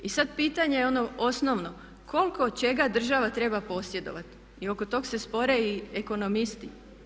I sad pitanje je ono osnovno koliko čega država treba posjedovati i oko tog se spore i ekonomisti.